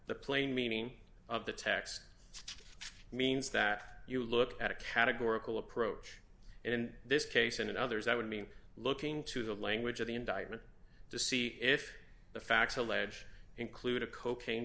the plain meaning of the text means that you look at a categorical approach in this case and in others i would mean looking to the language of the indictment to see if the facts allege include a cocaine